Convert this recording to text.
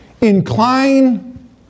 Incline